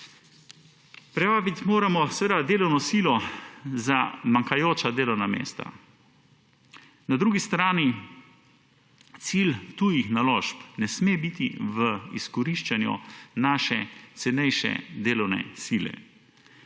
Prijaviti moramo delovno silo za manjkajoča delovna mesta. Na drugi strani cilj tujih naložb ne sme biti v izkoriščanju naše cenejše delovne sile.